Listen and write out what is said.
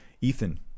Ethan